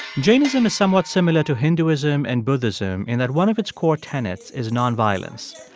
jainism is somewhat similar to hinduism and buddhism in that one of its core tenets is nonviolence.